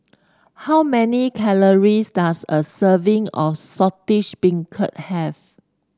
how many calories does a serving of Saltish Beancurd have